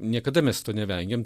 niekada mes to nevengėm